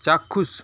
চাক্ষুষ